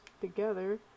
together